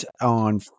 on